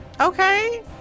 Okay